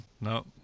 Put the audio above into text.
No